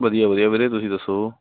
ਵਧੀਆ ਵਧੀਆ ਵੀਰੇ ਤੁਸੀਂ ਦੱਸੋ